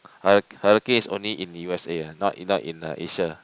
hurri~ hurricane is only in U_S_A ah not in not in uh Asia